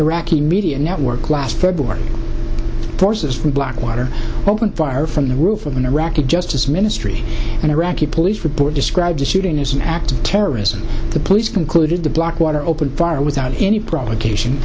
iraqi media network last heard more forces from blackwater opened fire from the roof of an iraqi justice ministry and iraqi police report described the shooting as an act of terrorism the police concluded the blackwater opened fire without any provocation